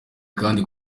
kandi